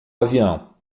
avião